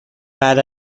بعد